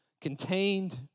contained